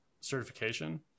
certification